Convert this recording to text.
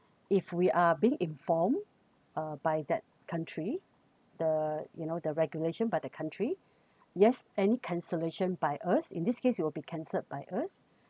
if we are being informed uh by that country the you know the regulation by the country yes any cancellation by us in this case it will be cancelled by us